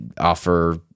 offer